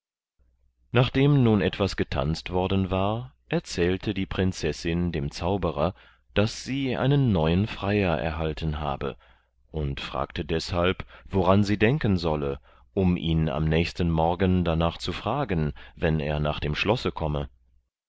nachdem nun etwas getanzt worden war erzählte die prinzessin dem zauberer daß sie einen neuen freier erhalten habe und fragte deshalb woran sie denken solle um ihn am nächsten morgen danach zu fragen wenn er nach dem schlosse komme